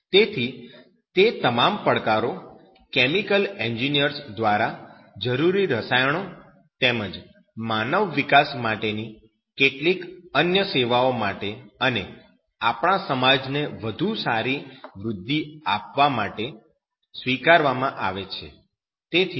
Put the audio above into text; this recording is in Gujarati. તેથી તે તમામ પડકારો કેમિકલ એન્જિનિયર્સ દ્વારા જરૂરી રસાયણો તેમજ માનવ વિકાસ માટેની કેટલીક અન્ય સેવાઓ માટે અને આપણા સમાજને વધુ સારી વૃદ્ધિ આપવા માટે સ્વીકારવામાં આવ્યા છે